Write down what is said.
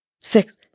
six